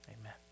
amen